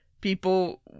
people